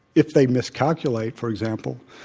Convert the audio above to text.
if they miscalculate, for example,